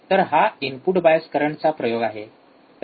तर हा input bias करंटचा प्रयोग आहे